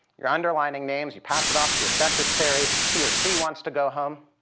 you're underlining names, you pass it off to your secretary, he or she wants to go home,